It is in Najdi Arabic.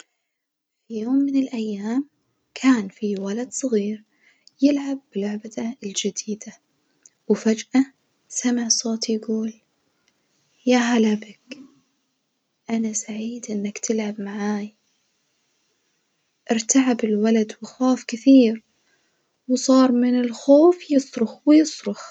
في يوم من الأيام كان في ولد صغير يلعب بلعبته الجديدة، وفجأة سمع صوت يجول يا هلا بك أنا سعيد إنك تلعب معاي، ارتعب الولد وخاف كثير وصار من الخوف يصرخ ويصرخ.